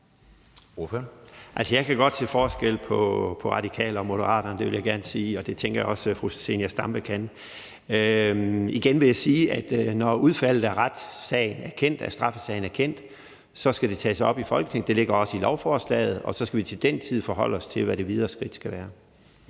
kan godt se forskel på Radikale og Moderaterne – vil jeg gerne sige – og det tænker jeg også fru Zenia Stampe kan. Igen vil jeg sige, at når udfaldet af straffesagen er kendt, skal det tages op i Folketinget. Det ligger også i lovforslaget, og så skal vi til den tid forholde os til, hvad det videre skridt skal være.